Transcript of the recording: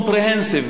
comprehensive,